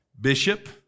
Bishop